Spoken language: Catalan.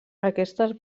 aquestes